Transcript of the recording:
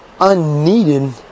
unneeded